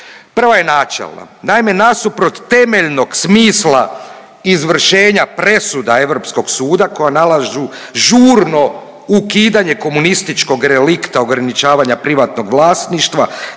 Prva je načelna. Naime, nasuprot temeljnog smisla izvršenja presuda Europskog suda koja nalažu žurno ukidanje komunističkog relikta ograničavanja privatnog vlasništva,